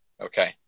Okay